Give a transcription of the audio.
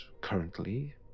currently